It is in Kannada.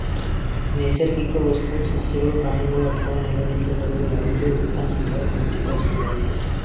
ನೈಸರ್ಗಿಕ ವಸ್ತುವು ಸಸ್ಯಗಳು ಪ್ರಾಣಿಗಳು ಅಥವಾ ನೆಲದಿಂದ ಬರುವ ಯಾವುದೇ ಉತ್ಪನ್ನ ಅಥವಾ ಭೌತಿಕ ವಸ್ತುವಾಗಿದೆ